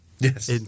Yes